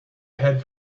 head